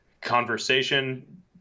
conversation